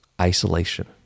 isolation